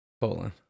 Colon